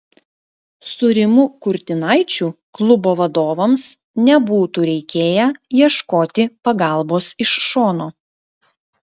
su rimu kurtinaičiu klubo vadovams nebūtų reikėję ieškoti pagalbos iš šono